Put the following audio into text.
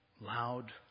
loud